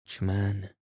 man